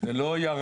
זה לא ירד.